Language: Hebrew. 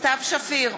סתיו שפיר,